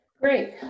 Great